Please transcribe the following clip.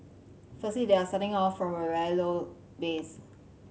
firstly they are starting off from a very low base